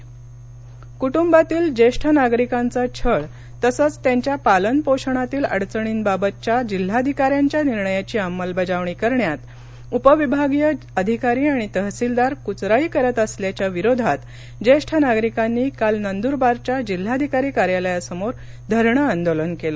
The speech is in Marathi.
ज्येष्ठ आंदोलन नंदरवार कुटुंबातील ज्येष्ठ नागरिकांचा छळ तसंच त्यांच्या पालन पोषणातील अडचणींबाबतच्या जिल्हाधिकाऱ्यांच्या निर्णयाची अंमलबजावणी करण्यात उपविभागीय अधिकारी आणि तहसिलदार कुचराई करत असल्याच्या विरोधात जेष्ठ नागरीकांनी काल नंदूरबारच्या जिल्हाधिकारी कार्यालयासमोर धरणे आंदोलन केलं